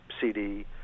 CD